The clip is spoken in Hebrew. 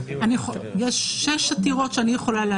אני יכולה לספר על יש שש עתירות שאנחנו